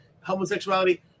homosexuality